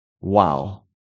Wow